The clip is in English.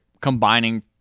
combining